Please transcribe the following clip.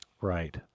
Right